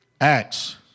Acts